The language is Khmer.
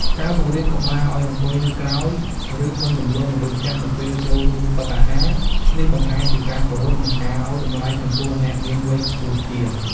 ការបង្រៀនកុមារឲ្យអង្គុយនៅក្រោយ ឬមិនរំលងមនុស្សចាស់នៅពេលចូលរួមតុអាហារ នេះបង្ហាញពីការគោរព និងការឲ្យតម្លៃចំពោះអ្នកមានវ័យខ្ពស់ជាង។